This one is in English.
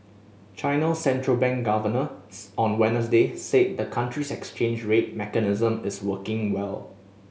China central bank governors on Wednesday said the country's exchange rate mechanism is working well